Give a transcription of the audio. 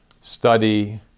study